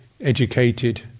educated